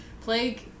plague